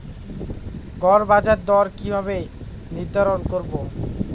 গড় বাজার দর কিভাবে নির্ধারণ করব?